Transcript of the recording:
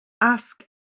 ask